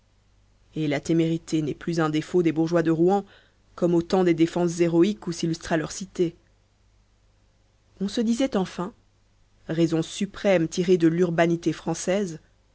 et la témérité n'est plus un défaut des bourgeois de rouen comme au temps des défenses héroïques où s'illustra leur cité on se disait enfin raison suprême tirée de l'urbanité française